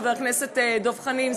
חברי הכנסת דב חנין,